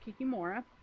Kikimora